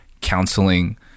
Counseling